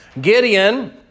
Gideon